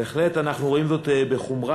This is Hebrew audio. בהחלט אנחנו רואים זאת בחומרה.